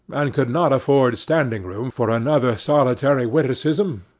and could not afford standing-room for another solitary witticism,